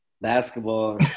Basketball